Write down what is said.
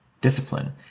discipline